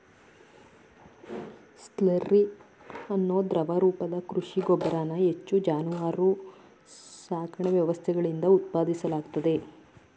slurry ಅನ್ನೋ ದ್ರವ ರೂಪದ ಕೃಷಿ ಗೊಬ್ಬರನ ಹೆಚ್ಚು ಜಾನುವಾರು ಸಾಕಣೆ ವ್ಯವಸ್ಥೆಗಳಿಂದ ಉತ್ಪಾದಿಸಲಾಗ್ತದೆ